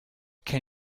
can